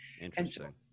interesting